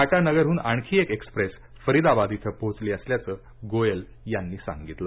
टाटानगरहून आणखी एक एक्सप्रेस फरिदाबाद इथं पोहोचली असल्याचं गोयल यांनी सांगितलं